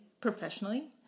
professionally